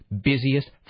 busiest